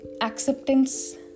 ...acceptance